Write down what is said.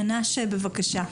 בבקשה.